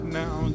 now